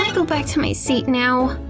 and go back to my seat now?